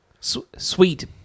Sweet